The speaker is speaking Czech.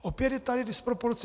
Opět je tady disproporce.